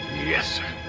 yes,